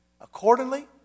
Accordingly